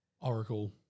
Oracle